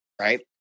right